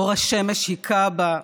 אור השמש היכה בה.